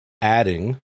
adding